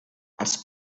els